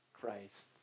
Christ